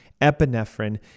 epinephrine